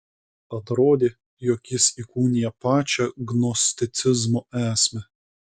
atrodė jog jis įkūnija pačią gnosticizmo esmę